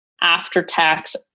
after-tax